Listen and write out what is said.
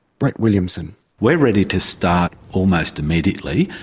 brett williamson we're ready to start almost immediately,